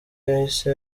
yahise